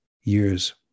years